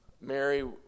Mary